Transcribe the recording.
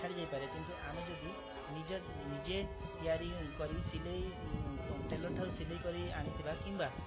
ଛାଡ଼ି ଯାଇପାରେ କିନ୍ତୁ ଆମେ ଯଦି ନିଜ ନିଜେ ତିଆରି କରି ସିଲେଇ ଟେଲର ଠାରୁ ସିଲେଇ କରି ଆଣିଥିବା କିମ୍ୱା